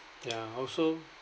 and also